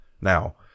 now